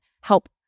help